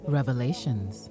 Revelations